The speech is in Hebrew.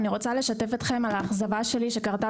אני רוצה לשתף אתכם על האכזבה שלי שקרתה